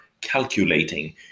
calculating